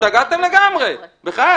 השתגעתם לגמרי, בחיי.